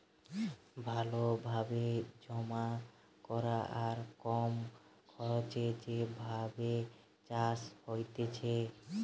ভালো ভাবে জমা করা আর কম খরচে যে ভাবে চাষ হতিছে